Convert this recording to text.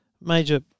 major